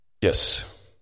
Yes